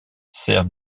sert